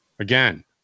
Again